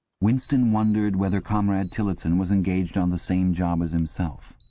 winston wondered whether comrade tillotson was engaged on the same job as himself.